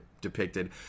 depicted